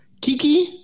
Kiki